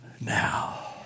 now